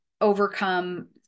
overcome